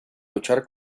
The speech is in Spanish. luchar